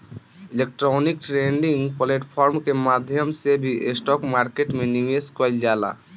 electronic trading platform के माध्यम से भी स्टॉक मार्केट में निवेश कईल जाला